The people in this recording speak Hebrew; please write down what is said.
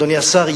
אדוני השר,